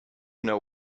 know